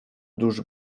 dusz